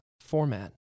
format